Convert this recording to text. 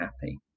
happy